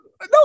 No